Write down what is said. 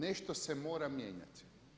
Nešto se mora mijenjati.